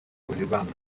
cogebanque